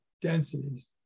densities